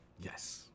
Yes